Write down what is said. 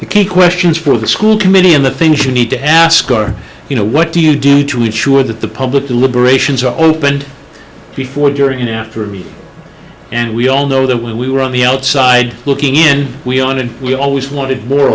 the key questions for the school committee and the things you need to ask are you know what do you do to ensure that the public deliberations are opened before during and after me and we all know that when we were on the outside looking in we on it we always wanted more